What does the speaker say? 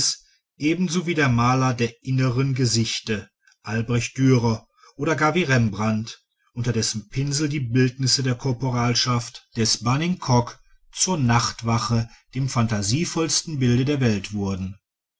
ebenso wie der maler der inneren gesichte albrecht dürer oder gar wie rembrandt unter dessen pinsel die bildnisse der korporalschaft des banning cocq zur nachtwache dem phantasievollsten bilde der welt wurden